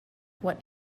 what